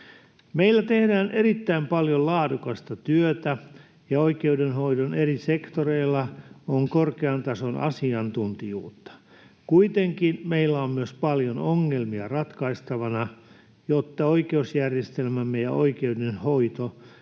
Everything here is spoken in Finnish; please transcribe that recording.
Meillä tehdään erittäin paljon laadukasta työtä, ja oikeudenhoidon eri sektoreilla on korkean tason asiantuntijuutta. Kuitenkin meillä on myös paljon ongelmia ratkaistavana, jotta oikeusjärjestelmämme ja oikeudenhoito